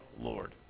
Lord